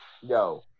yo